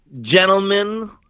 Gentlemen